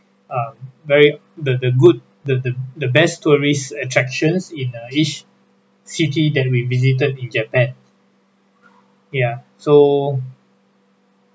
um very the the good the the the best tourist attractions in a each city that we visited in japan ya so